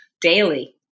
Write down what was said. daily